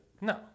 No